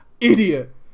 idiot